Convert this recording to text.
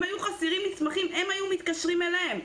אם היו חסרים מסמכים, הן היו מתקשרות אליהם.